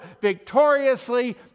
victoriously